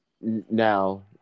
Now